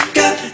got